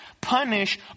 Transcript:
punish